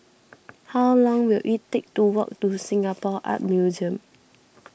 how long will it take to walk to Singapore Art Museum